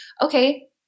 okay